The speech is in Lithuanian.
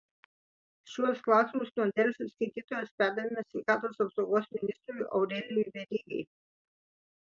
šiuos klausimus nuo delfi skaitytojos perdavėme sveikatos apsaugos ministrui aurelijui verygai